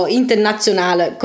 internazionale